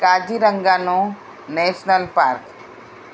કાજીરંગાનો national park